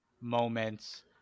moments